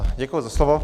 Děkuji za slovo.